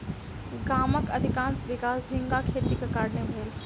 गामक अधिकाँश विकास झींगा खेतीक कारणेँ भेल